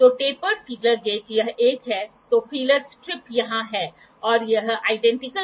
तो जब मैं ऑटो कोलिमेटर कहता हूं तो जब मैं कोलमेट कहता हूं तो यह वह एक लाइट होना चाहिए